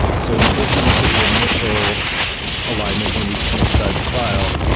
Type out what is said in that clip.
so in addition to the initial alignment when we've transcribed a file,